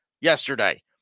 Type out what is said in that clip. yesterday